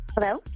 Hello